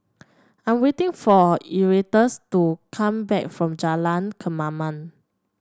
I'm waiting for Erastus to come back from Jalan Kemaman